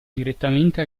direttamente